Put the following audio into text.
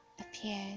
appeared